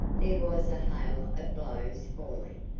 there was a hail of blows falling,